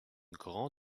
grande